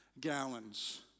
gallons